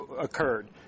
occurred